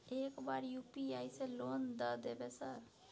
एक बार यु.पी.आई से लोन द देवे सर?